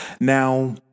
Now